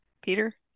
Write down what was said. peter